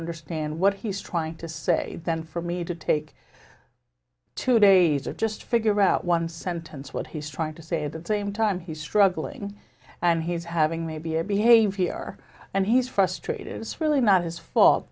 understand what he's trying to say than for me to take two days or just figure out one sentence what he's trying to say the same time he's struggling and he's having maybe a behavior and he's frustrated it's really not his fault